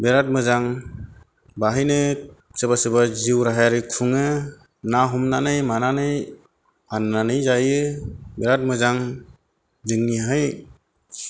बेराद मोजां बेहायनो सोरबा सोरबा जिउ राहायारि खुङो ना हमनानै मानानै फाननानै जायो बेराद मोजां जोंनिहाय